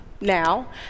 now